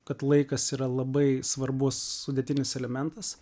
kad laikas yra labai svarbus sudėtinis elementas